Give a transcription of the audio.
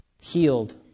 healed